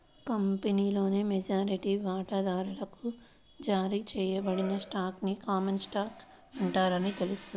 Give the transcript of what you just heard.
కంపెనీలోని మెజారిటీ వాటాదారులకు జారీ చేయబడిన స్టాక్ ని కామన్ స్టాక్ అంటారని తెలిసింది